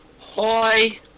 Hi